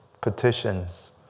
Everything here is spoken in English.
petitions